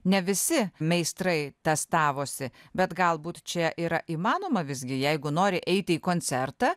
ne visi meistrai testavosi bet galbūt čia yra įmanoma visgi jeigu nori eiti į koncertą